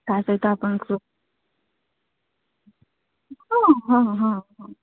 ତା ସହିତ ଆପଣଙ୍କର ହଁ ହଁ ହଁ ହଁ